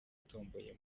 watomboye